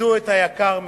שאיבדו את היקר מכול.